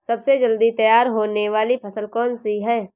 सबसे जल्दी तैयार होने वाली फसल कौन सी है?